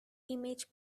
image